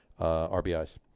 RBIs